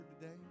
today